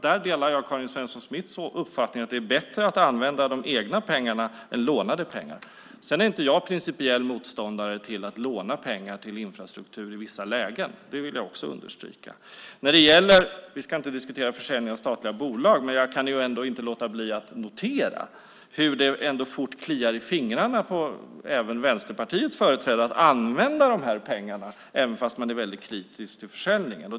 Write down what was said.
Där delar jag Karin Svensson Smiths uppfattning att det är bättre att använda de egna pengarna än lånade pengar. Jag är inte principiell motståndare till att låna pengar till infrastruktur i vissa lägen. Det vill jag understryka. Vi ska inte diskutera försäljning av statliga bolag, men jag kan inte låta bli att notera hur det kliar i fingrarna på även Vänsterpartiets företrädare att använda pengarna fastän man är kritisk till försäljningen.